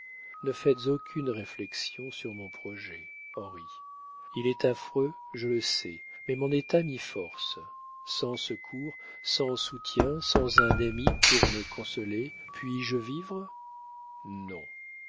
ne faites aucune réflaictions sur mon projet henry il est affreux je le sais mais mon état m'y forsse sans secour sans soutien sans un ami pour me consoler puije vivre non